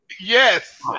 Yes